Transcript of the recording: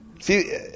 See